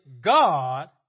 God